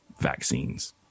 vaccines